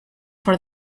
for